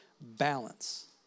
balance